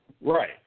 Right